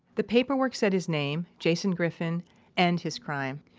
the paperwork said his name, jason griffin and his crime.